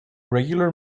regular